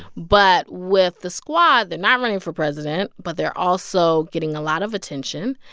but with the squad, they're not running for president, but they're also getting a lot of attention.